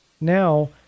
Now